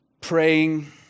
praying